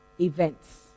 events